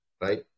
right